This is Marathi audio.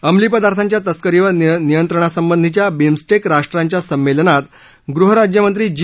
अंमली पदार्थांच्या तस्करीवर नियंत्रणासंबंधीच्या बिमस्टेक राष्ट्रांच्या संमेलनात गृह राज्यमंत्री जी